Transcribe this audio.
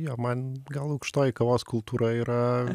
jo man gal aukštoji kavos kultūra yra